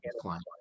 client